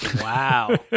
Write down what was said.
Wow